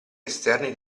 esterni